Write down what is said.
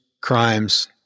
crimes